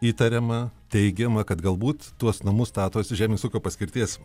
įtariama teigiama kad galbūt tuos namus statosi žemės ūkio paskirties